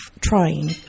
trying